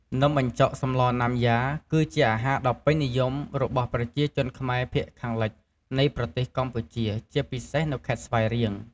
នំបញ្ចុកសម្លណាំយ៉ា គឺជាអាហារដ៏ពេញនិយមរបស់ប្រជាជនខ្មែរភាគខាងលិចនៃប្រទេសកម្ពុជា ជាពិសេសនៅខេត្តស្វាយរៀង។